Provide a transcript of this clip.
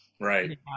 Right